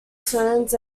turns